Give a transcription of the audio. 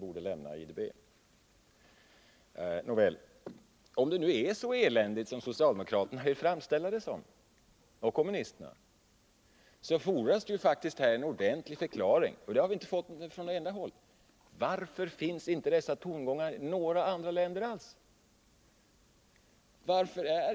Om nu detta att vi är med i IDB är så eländigt som socialdemokraterna och kommunisterna vill framställa det, så fordras en ordentlig förklaring — och någon sådan har vi inte fått från något enda håll — till varför dessa tongångar inte förekommer i några andra länder.